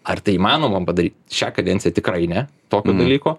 ar tai įmanoma padaryt šią kadenciją tikrai ne tokio dalyko